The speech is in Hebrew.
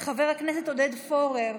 חבר הכנסת עודד פורר,